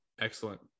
Excellent